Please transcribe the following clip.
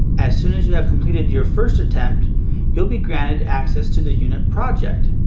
as soon as you have completed your first attempt, you will be granted access to the unit project.